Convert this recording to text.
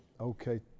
okay